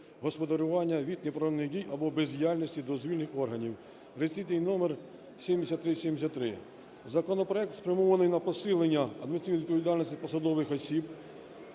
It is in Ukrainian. господарювання від неправомірних дій або бездіяльності дозвільних органів (реєстраційний номер 7373). Законопроект спрямований на посилення адміністративної відповідальності посадових осіб